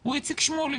הוא איציק שמולי